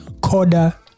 Coda